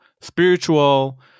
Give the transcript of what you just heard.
spiritual